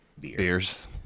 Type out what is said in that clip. Beers